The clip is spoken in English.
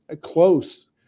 close